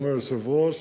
גם היושב-ראש,